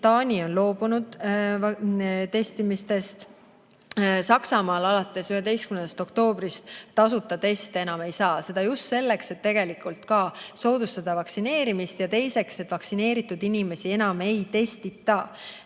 Taani on loobunud testimistest, Saksamaal alates 11. oktoobrist tasuta teste enam ei saa. Seda just selleks, et tegelikult ka soodustada vaktsineerimist. Vaktsineeritud inimesi enam ei testita. Siis